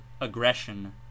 aggression